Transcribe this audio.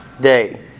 day